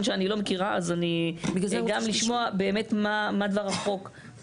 אני אשמח להתייחס לקולות שציינתם שאומרים שמדברים על חופש העיסוק.